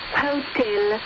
hotel